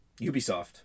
Ubisoft